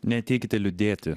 neateikite liūdėti